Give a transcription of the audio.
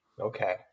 Okay